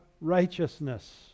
righteousness